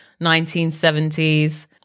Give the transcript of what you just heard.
1970s